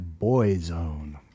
Boyzone